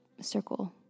circle